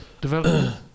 development